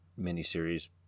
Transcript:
miniseries